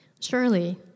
Surely